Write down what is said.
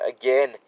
again